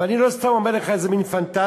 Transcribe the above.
ואני לא סתם אומר לך איזה מין פנטזיה.